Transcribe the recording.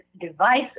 device